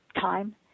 time